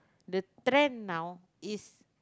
the trend now is